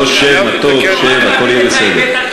בוא שב, והכול יהיה בסדר.